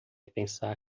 pensar